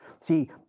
See